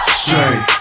straight